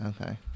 Okay